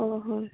ᱚ ᱦᱚᱸ